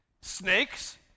Snakes